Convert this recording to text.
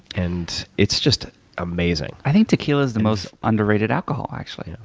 and it's just amazing. i think tequila is the most underrated alcohol, actually.